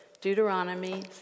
Deuteronomy